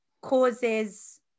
causes